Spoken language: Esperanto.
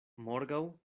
morgaŭ